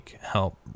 help